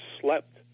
slept